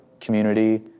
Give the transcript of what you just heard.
community